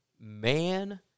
man